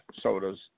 sodas